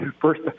first